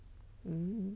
mm